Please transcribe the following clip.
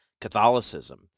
Catholicism